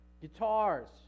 Guitars